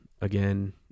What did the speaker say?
again